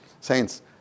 Saints